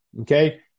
Okay